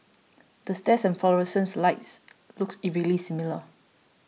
the stairs and fluorescent lights look eerily similar